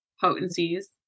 potencies